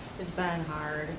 it's been hard.